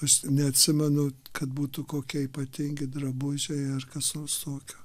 aš neatsimenu kad būtų kokie ypatingi drabužiai ar kas nors tokio